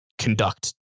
conduct